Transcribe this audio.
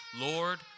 Lord